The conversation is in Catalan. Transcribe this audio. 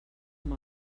amb